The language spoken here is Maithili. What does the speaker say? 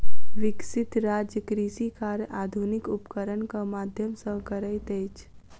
विकसित राज्य कृषि कार्य आधुनिक उपकरणक माध्यम सॅ करैत अछि